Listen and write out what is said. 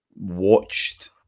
watched